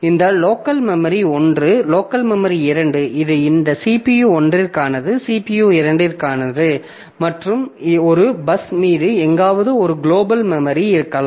இந்த local memory 1 local memory 2 இது இந்த CPU 1 க்கானது இது CPU 2 க்கானது மற்றும் ஒரு பஸ் மீது எங்காவது ஒரு குளோபல் மெமரி இருக்கலாம்